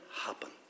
happen